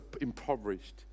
impoverished